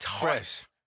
fresh